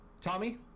Tommy